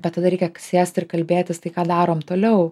bet tada reikia sėst ir kalbėtis tai ką darom toliau